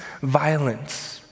violence